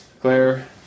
Claire